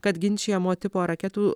kad ginčijamo tipo raketų